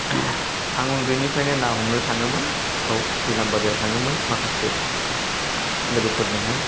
आं उन्दैनिफ्रायनो ना हमनो थाङोमोन औ दैलामबारियाव थाङोमोन माखासे लोगोफोरजोंहाय